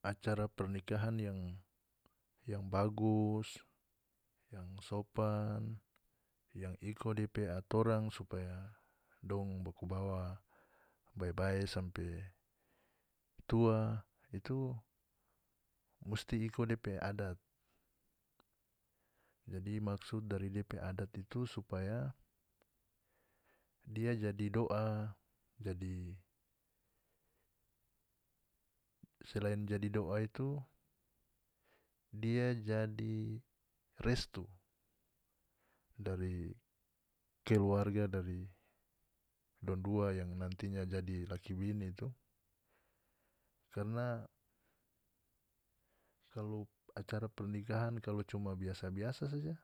Acara pernikahan yang bagus yang sopan yang iko depe atorang supaya dong baku bawa bae-bae sampe tua itu musti iko dia pe adat jadi maksud dari dia pe adat itu supaya dia jadi doa jadi selain jadi doa itu dia jadi restu dari keluarga dari dong dua yang nantinya jadi laki bini itu karna kalu acara pernikahan kalu cuma biasa-biasa saja